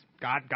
God